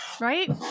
right